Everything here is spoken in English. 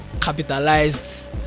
capitalized